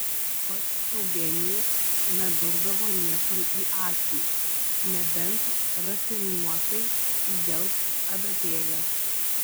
pats eugenijus nedurdavo niekam į akį nebent rafinuotai įgels adatėle